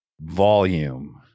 volume